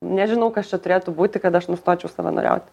nežinau kas čia turėtų būti kad aš nustočiau savanoriauti